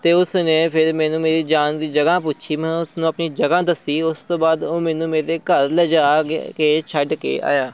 ਅਤੇ ਉਸ ਨੇ ਫਿਰ ਮੈਨੂੰ ਮੇਰੀ ਜਾਣ ਦੀ ਜਗ੍ਹਾ ਪੁੱਛੀ ਮੈਂ ਉਸ ਨੂੰ ਆਪਣੀ ਜਗ੍ਹਾ ਦੱਸੀ ਉਸ ਤੋਂ ਬਾਅਦ ਉਹ ਮੈਨੂੰ ਮੇਰੇੇ ਘਰ ਲਿਜਾ ਕ ਕੇ ਛੱਡ ਕੇ ਆਇਆ